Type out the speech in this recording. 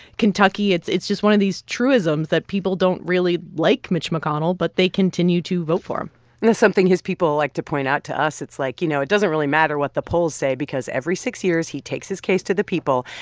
kentucky it's it's just one of these truisms that people don't really like mitch mcconnell, but they continue to vote for him and that's something his people like to point out to us. it's like, you know, it doesn't really matter what the polls say because every six years, he takes his case to the people,